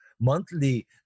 monthly